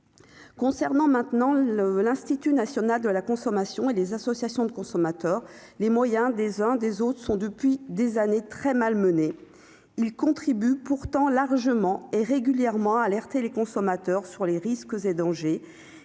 Concernant maintenant le l'Institut national de la consommation et les associations de consommateurs les moyens des uns des autres sont depuis des années, très malmené, ils contribuent pourtant largement et régulièrement alerter les consommateurs sur les risques et dangers,